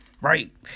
right